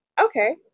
okay